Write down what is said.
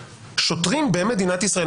שוטרים במדינת ישראל,